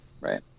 Right